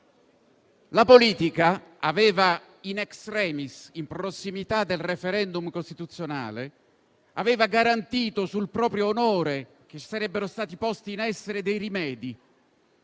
la politica *in extremis*, in prossimità del *referendum* costituzionale, aveva garantito sul proprio onore che sarebbero stati posti in essere dei rimedi: